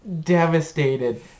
devastated